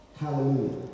Hallelujah